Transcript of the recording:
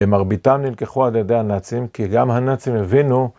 ומרביתם נלקחו עד ידי הנאצים, כי גם הנאצים הבינו